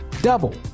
double